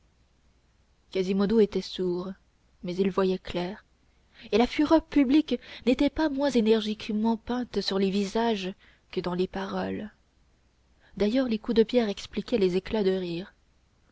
quasimodo était sourd mais il voyait clair et la fureur publique n'était pas moins énergiquement peinte sur les visages que dans les paroles d'ailleurs les coups de pierre expliquaient les éclats de rire